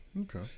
Okay